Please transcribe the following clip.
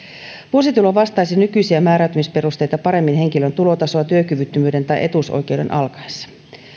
vuositulo vastaisi nykyisiä määräytymisperusteita paremmin henkilön tulotasoa työkyvyttömyyden tai etuusoikeuden alkaessa